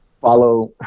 follow